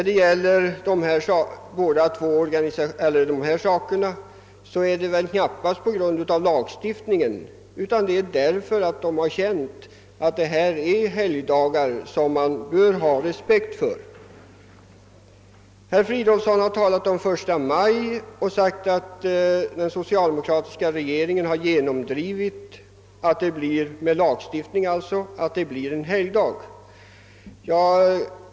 Detta beror emellertid knappast på lagstift ningen utan på att vederbörande har känt att man bör visa respekt för dessa helgdagar. Herr Fridolfsson har också talat om första maj och sagt att den socialdemokratiska regeringen med lagstiftning har genomdrivit att den dagen blivit helgdag.